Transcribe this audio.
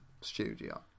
studio